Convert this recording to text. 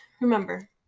remember